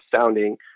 sounding